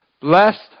Blessed